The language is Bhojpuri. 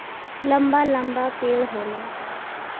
लंबा लंबा पेड़ होला